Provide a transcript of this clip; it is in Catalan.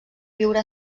viure